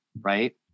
right